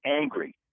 angry